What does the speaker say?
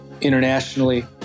internationally